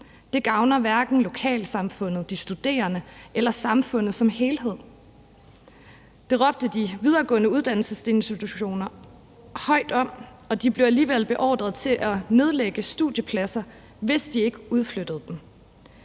Det gavner hverken lokalsamfundet, de studerende eller samfundet som helhed. Det råbte de videregående uddannelsesinstitutioner højt om, og de blev alligevel beordret til at nedlægge studiepladser, hvis de ikke udflyttede dem.